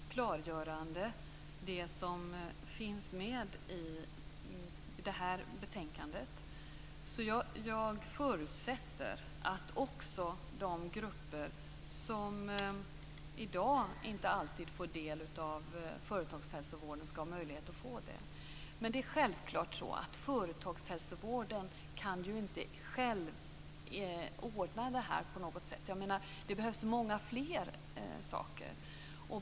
Herr talman! Ja, jag tycker att det som finns i betänkandet är klargörande. Jag förutsätter därför att också de grupper som i dag inte alltid får del av företagshälsovården ska ha möjlighet att få det. Men det är självklart så att företagshälsovården inte själv på något sätt kan ordna det här. Det behövs många fler saker.